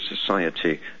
society